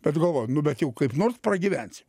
bet galvojau nu bet jau kaip nors pragyvensim